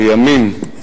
לימים,